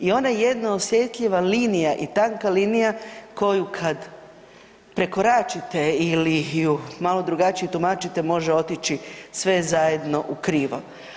I onaj jedna osjetljiva linija i tanka linija koju kad prekoračite ili ju malo drugačije tumačite, može otići sve zajedno ukrivo.